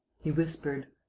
he whispered